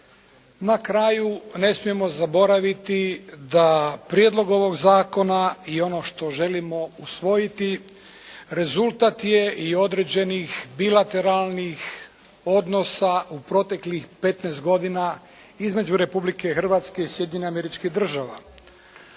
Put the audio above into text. Na kraju ne smijemo zaboraviti da prijedlog ovog zakona i ono što želimo usvojiti rezultat je i određenih bilateralnih odnosa u proteklih 15 godina između Republike Hrvatske i Sjedinjenih Američkih Država.